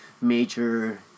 major